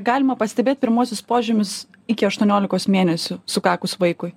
galima pastebėt pirmuosius požymius iki aštuoniolikos mėnesių sukakus vaikui